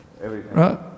Right